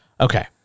Okay